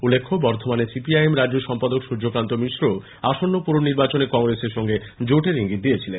উল্লেখ্য বর্ধমানে সিপিআইএম রাজ্য সম্পাদক সূর্যকান্ত মিশ্রও আসন্ন পুর নির্বাচনে কংগ্রেসের সঙ্গে জোটের ইঙ্গিত দিয়েছিলেন